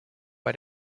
bei